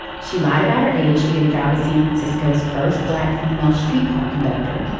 she lied about her age to get a job as san francisco's first black female streetcar conductor